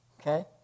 Okay